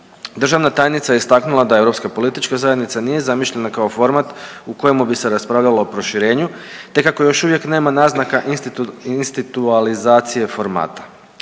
Državna tajnica je istaknula da Europska politička zajednica nije zamišljena kao format u kojemu bi se raspravljalo o proširenju, te kako još uvijek nema naznaka instituolizacije formata.